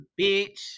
bitch